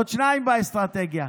עוד שניים באסטרטגיה.